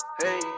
hey